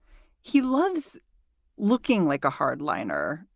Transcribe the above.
he loves looking like a hard liner.